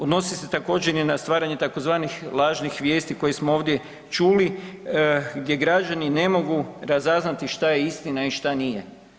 Odnosi se također i na stvaranje tzv. lažnih vijesti koje smo ovdje čuli, gdje građani ne mogu razaznati šta je istina i šta nije.